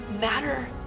matter